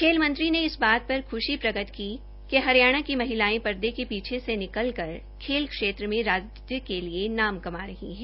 खेल मंत्री ने इस बात पर ख्शी प्रकट की हरियाणा की महिलाओं पर्दे के पीछे से निक्ल कर खेल क्षेत्र में राज्य के लिए नाम काम रही है